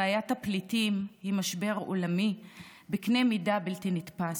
בעיית הפליטים היא משבר עולמי בקנה מידה בלתי נתפס.